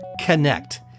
Connect